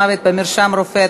מוות במרשם רופא),